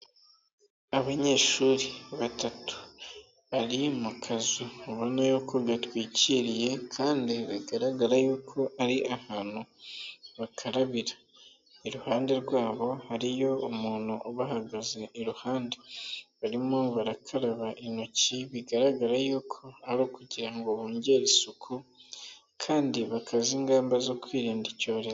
Abanyeshuri batatu bari mu kazu ubona yuko gatwikiriye kandi bigaragara yuko ari ahantu bakarabira. Iruhande rwabo hariyo umuntu ubahagaze iruhande. Barimo barakaraba intoki, bigaragara yuko ari ukugira ngo bongere isuku kandi bakaze ingamba zo kwirinda icyorezo.